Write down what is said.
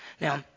now